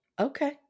okay